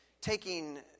taking